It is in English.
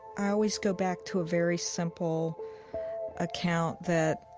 i always go back to a very simple account that